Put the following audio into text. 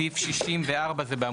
סעיף 67 זה התיקון לחוק הבנקאות (שירות ללקוח),